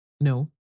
No